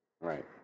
Right